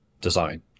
design